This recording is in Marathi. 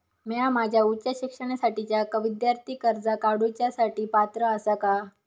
म्या माझ्या उच्च शिक्षणासाठीच्या विद्यार्थी कर्जा काडुच्या साठी पात्र आसा का?